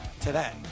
today